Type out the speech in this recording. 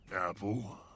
apple